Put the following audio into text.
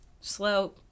slow